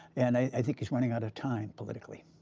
and i think he's running out of time politically.